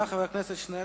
תודה רבה לחבר הכנסת שנלר.